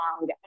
long